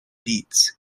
beats